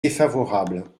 défavorable